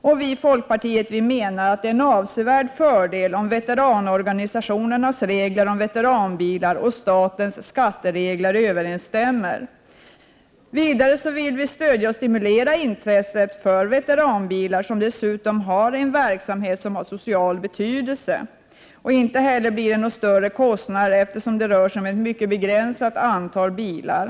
Vi i folkpartiet menar att det skulle vara en avsevärd fördel om veteranbilsorganisationernas regler om veteranbilar och statens skatteregler skulle överensstämma. Vidare vill vi stödja och stimulera intresset för veteranbilar, som även har social betydelse. Det blir inte heller några större kostnader eftersom det rör sig om ett mycket begränsat antal bilar.